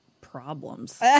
problems